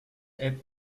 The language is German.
app